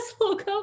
logo